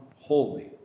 holy